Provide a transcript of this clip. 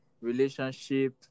relationship